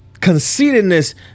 conceitedness